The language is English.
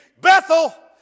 Bethel